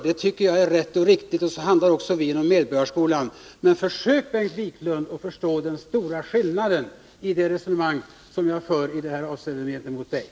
Det är rätt och riktigt, och så handlar också vi inom Medborgarskolan. Försök, Bengt Wiklund, att förstå den stora skillnaden i våra sätt att resonera.